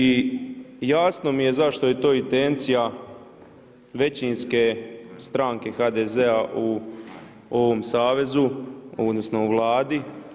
I jasno mi je zašto je to intencija većinske stranke HDZ-a u ovom savezu, odnosno u Vladi.